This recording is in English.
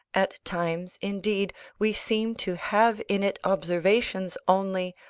at times indeed we seem to have in it observations only,